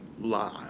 live